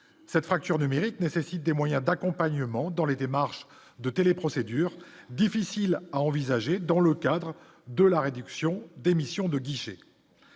cette fracture numérique nécessite des moyens d'accompagnement dans les démarches de télé-procédure difficile à envisager dans le cadre de la réduction d'émissions de guichet